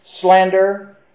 slander